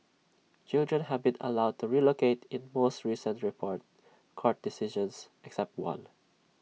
children have been allowed to relocate in most recent reported court decisions except one